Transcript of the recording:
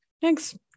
Thanks